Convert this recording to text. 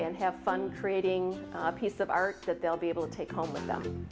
and have fun creating a piece of art that they'll be able to take home with them